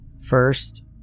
First